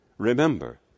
Remember